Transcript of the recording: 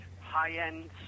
high-end